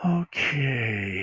okay